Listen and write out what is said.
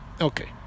Okay